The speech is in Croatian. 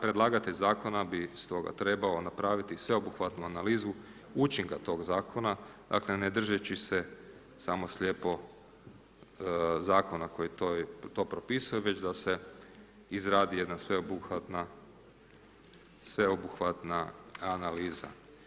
Predlagatelj zakona bi stoga trebao napraviti sveobuhvatnu analizu učinka tog zakona, dakle ne držeći se samo slijepo zakona koji to propisuje, već da se izradi jedna sveobuhvatna analiza.